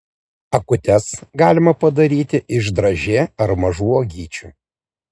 akutes galima padaryti iš dražė ar mažų uogyčių